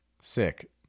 Sick